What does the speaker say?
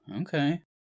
okay